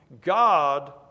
God